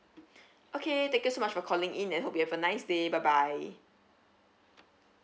okay thank you so much for calling in and hope you have a nice day bye bye